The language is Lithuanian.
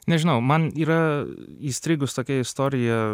nežinau man yra įstrigus tokia istorija